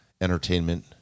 entertainment